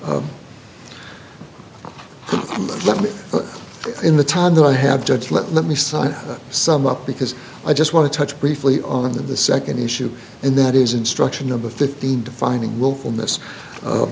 him let me in the time that i have judge let me sign some up because i just want to touch briefly on the second issue and that is instruction of a fifteen defining